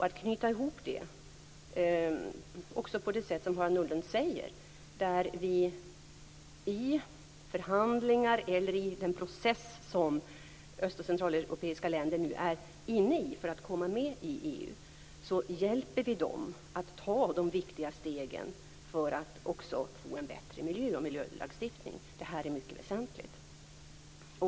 Att knyta ihop det på det sätt som Harald Nordlund säger, dvs. att vi i förhandlingar och i den process som Öst och centraleuropeiska länder nu är inne i för att komma med i EU hjälper dem att ta de viktiga stegen för att också få en bättre miljö och miljölagstiftning. Detta är mycket väsentligt.